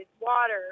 water